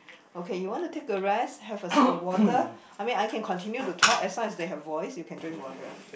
okay you want to take a rest have a slip of water I mean I can continue to talk as long as they have voice you can drink water